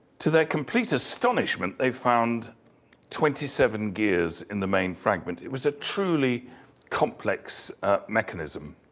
to their complete astonishment, they found twenty seven gears in the main fragment. it was a truly complex mechanism.